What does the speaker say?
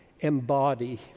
embody